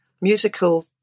musical